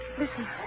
Listen